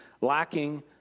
lacking